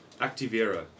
Activera